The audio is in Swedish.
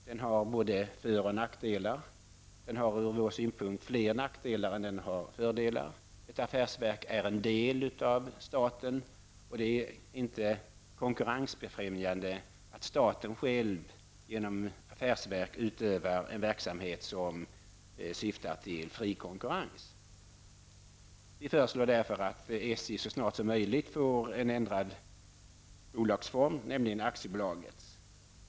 Den har både för och nackdelar, men den har ur vår synpunkt fler nackdelar än fördelar. Ett affärsverk är en del av staten, och det är inte konkurrensbefrämjande att staten själv genom affärsverk utövar en verksamhet som syftar till fri konkurrens. Vi föreslår därför att SJ så snart som möjligt får en ändrad bolagsform, nämligen aktiebolagets.